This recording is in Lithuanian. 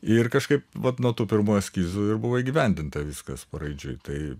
ir kažkaip vat nuo tų pirmųjų eskizų ir buvo įgyvendinta viskas paraidžiui tai